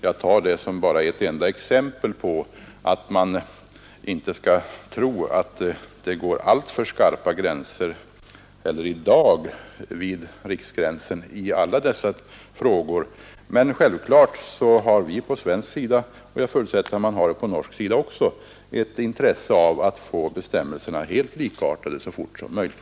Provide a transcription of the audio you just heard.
Jag tar detta som ett enda exempel på att det inte heller i dag är så särskilt skarpa skillnader mellan vad som gäller på olika sidor om riksgränsen i dessa frågor. Men självfallet har vi på svensk sida — och jag förutsätter att man har det också på norsk sida — ett intresse av att få bestämmelserna helt likartade så fort som möjligt.